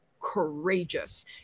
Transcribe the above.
courageous